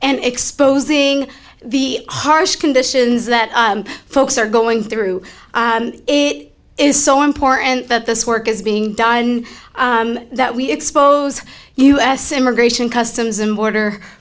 and exposing the harsh conditions that folks are going through it is so important that this work is being done that we expose u s immigration customs and border